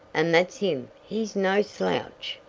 an' that's him he's no slouch.